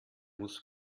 muss